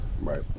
Right